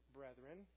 brethren